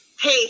hey